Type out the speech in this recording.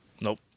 Nope